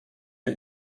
der